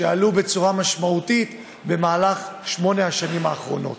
שעלו משמעותית בשמונה השנים האחרונות.